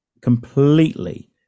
completely